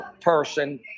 person